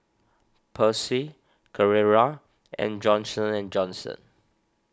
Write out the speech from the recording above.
Persil Carrera and Johnson and Johnson